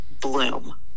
bloom